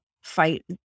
fight